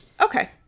Okay